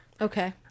Okay